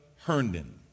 Herndon